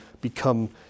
become